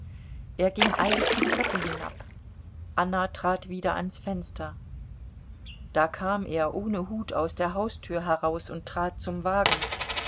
er ging eilig die treppe hinab anna trat wieder ans fenster da kam er ohne hut aus der haustür heraus und trat zum wagen